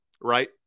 right